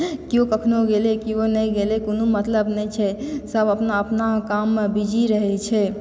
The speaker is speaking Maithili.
केओ कखनो गेलए केओ नहि गेलए कोनो मतलब नहि छै सब अपना अपनामे काममे बिजी रहए छै